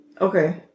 Okay